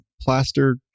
plaster